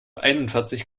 einundvierzig